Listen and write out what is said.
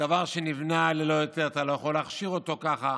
דבר שנבנה ללא היתר, אתה לא יכול להכשיר אותו ככה.